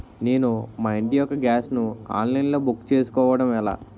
నేను మా ఇంటి యెక్క గ్యాస్ ను ఆన్లైన్ లో బుక్ చేసుకోవడం ఎలా?